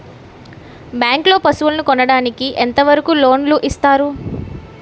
Bank లో పశువుల కొనడానికి ఎంత వరకు లోన్ లు ఇస్తారు?